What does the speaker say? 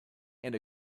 and